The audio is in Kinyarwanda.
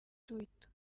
twitter